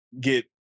get